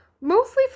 mostly